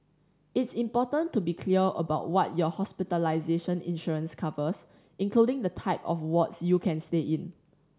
it's important to be clear about what your hospitalization insurance covers including the type of wards you can stay in